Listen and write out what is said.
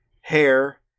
hair